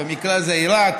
ובמקרה הזה עיראק,